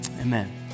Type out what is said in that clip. amen